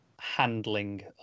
handling